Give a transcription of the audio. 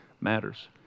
matters